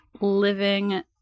living